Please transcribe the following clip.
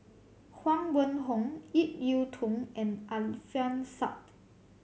Huang Wenhong Ip Yiu Tung and Alfian Sa'at